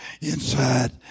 inside